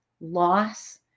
loss